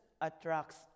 attracts